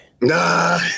Nah